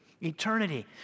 eternity